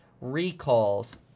recalls